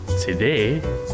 Today